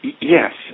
Yes